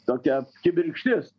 tokia kibirkštis